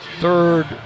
Third